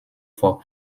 vor